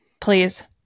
Please